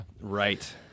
Right